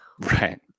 Right